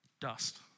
Dust